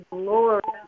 glory